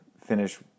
finish